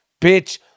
bitch